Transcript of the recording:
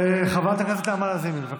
חברת הכנסת נעמה לזימי, בבקשה.